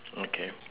okay